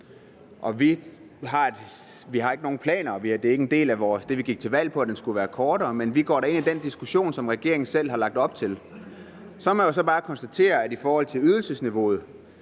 Vi har ikke nogen planer, og det er ikke en del af det, vi gik til valg på, at dagpengeperioden skulle være kortere. Men vi går da ind i den diskussion, som regeringen selv har lagt op til. Man må jo så bare konstatere, at i forhold til ydelsesniveauet